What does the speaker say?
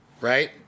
right